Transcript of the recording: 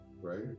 right